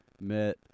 met